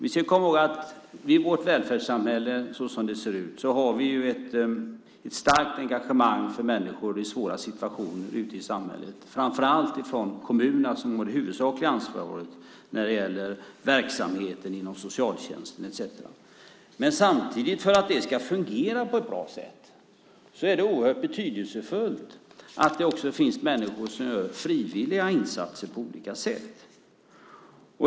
Vi ska komma ihåg att i vårt välfärdssamhälle, såsom det ser ut, har vi ett starkt engagemang för människor i svåra situationer ute i samhället, framför allt ifrån kommunerna, som har det huvudsakliga ansvaret när det gäller verksamheten inom socialtjänsten etcetera. Samtidigt är det, för att det ska fungera på ett bra sätt, oerhört betydelsefullt att det också finns människor som gör frivilliga insatser på olika sätt.